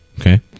okay